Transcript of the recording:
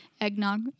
Eggnog